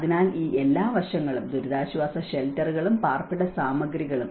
അതിനാൽ ഈ എല്ലാ വശങ്ങളും ദുരിതാശ്വാസ ഷെൽട്ടറുകളും പാർപ്പിട സാമഗ്രികളും